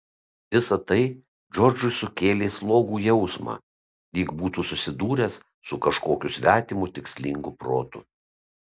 visa tai džordžui sukėlė slogų jausmą lyg būtų susidūręs su kažkokiu svetimu tikslingu protu